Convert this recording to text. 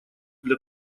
для